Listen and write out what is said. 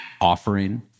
offering